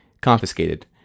confiscated